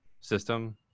system